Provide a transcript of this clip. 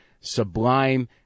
sublime